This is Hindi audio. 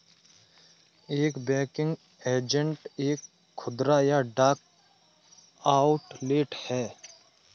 एक बैंकिंग एजेंट एक खुदरा या डाक आउटलेट है